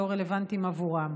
לא רלוונטיים עבורם.